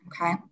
Okay